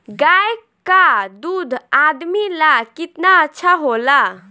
गाय का दूध आदमी ला कितना अच्छा होला?